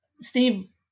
Steve